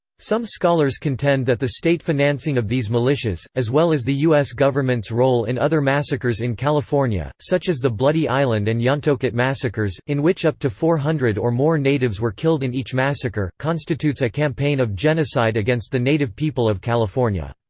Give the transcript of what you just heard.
some scholars contend that the state financing of these militias, as well as the us government's role in other massacres in california, such as the bloody island and yontoket massacres, in which up to four hundred or more natives were killed in each massacre, constitutes a campaign of genocide against the native people of california.